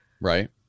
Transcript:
right